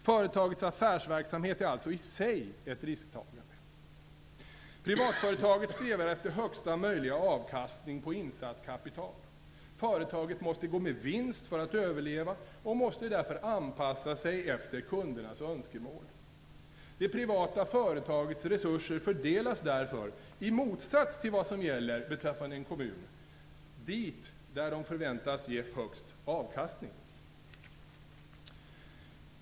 Företagets affärsverksamhet är alltså i sig ett risktagande. Privatföretaget strävar efter största möjliga avkastning på insatt kapital. Företaget måste gå med vinst för att överleva och måste därför anpassa sig efter kundernas önskemål. Det privata företagets resurser fördelas därför i motsats till vad som gäller beträffande en kommun dit där de förväntas ge störst avkastning.